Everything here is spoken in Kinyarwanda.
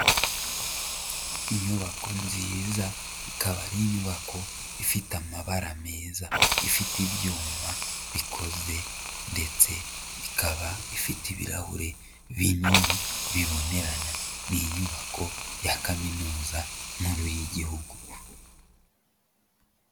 Inyubako nziza, ikaba ari inyubako ifite amabara meza, ifite ibyuma bikoze ndetse ikaba ifite ibirahure binini bibonerana. Ni inyubako ya Kaminuza nkuru y'Igihugu.